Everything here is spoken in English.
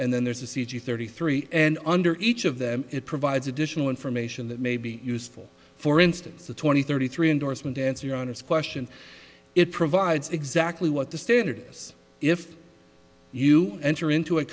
and then there's a c g thirty three and under each of them it provides additional information that may be useful for instance a twenty thirty three endorsement to answer your honor's question it provides exactly what the standard is if you enter into a